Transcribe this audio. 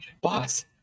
boss